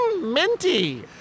minty